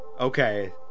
Okay